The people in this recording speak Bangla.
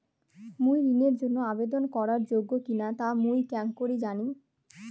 মুই ঋণের জন্য আবেদন করার যোগ্য কিনা তা মুই কেঙকরি জানিম?